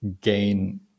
gain